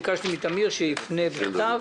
ביקשתי מטמיר כהן שיפנה בכתב,